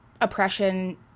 oppression